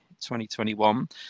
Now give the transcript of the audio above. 2021